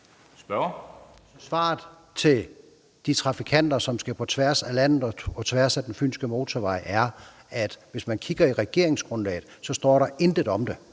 Svaret til de trafikanter, som skal på tværs af landet og på tværs af den fynske motorvej, er, at i regeringsgrundlaget står der intet om det